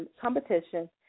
competition